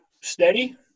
steady